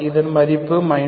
இதன் மதிப்பு 2